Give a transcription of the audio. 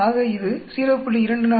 ஆக இது 0